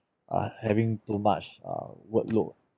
uh having too much uh workload